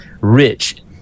rich